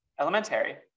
elementary